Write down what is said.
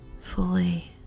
fully